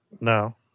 no